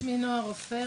שמי נועה רופא,